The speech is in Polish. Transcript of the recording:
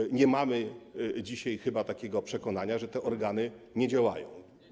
I nie mamy dzisiaj chyba takiego przekonania, że te organy nie działają.